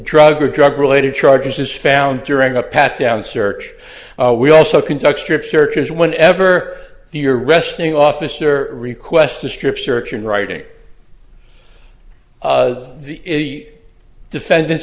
or drug related charges is found during a pat down search we also conduct strip searches whenever you're resting officer request to strip search and writing the defendant